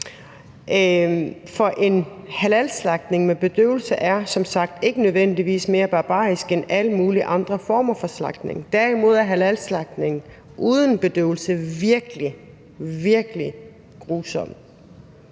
For en halalslagtning med bedøvelse er som sagt ikke nødvendigvis mere barbarisk end alle mulige andre former for slagtning. Derimod er halalslagtning uden bedøvelse virkelig, virkelig grusomt.